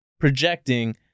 projecting